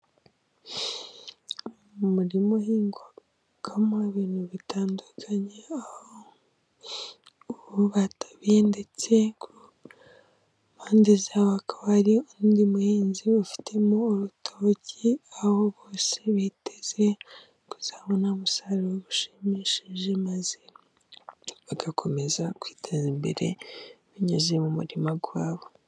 Umurima uhigwamo ibintu bitandukanye, aho ubu batabiye ndetse ku mpande zawo hakaba hari undi muhinzi ufitemo urutoki, aho bose biteze kuzabona umusaruro ushimishije maze bagakomeza kwiteza imbere binyuze mu murima wabo.